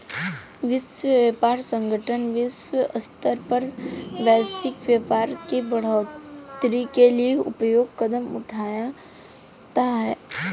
विश्व व्यापार संगठन विश्व स्तर पर वैश्विक व्यापार के बढ़ोतरी के लिए उपयुक्त कदम उठाता है